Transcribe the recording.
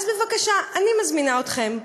אז בבקשה, אני מזמינה אתכם,